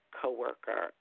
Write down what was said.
coworker